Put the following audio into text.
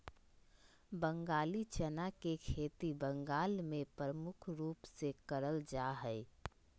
बंगाली चना के खेती बंगाल मे प्रमुख रूप से करल जा हय